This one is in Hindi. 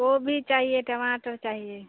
गोभी चाहिए टमाटर चाहिए